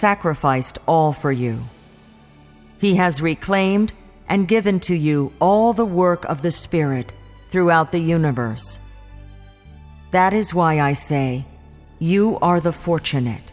sacrificed all for you he has reclaimed and given to you all the work of the spirit throughout the universe that is why i say you are the fortun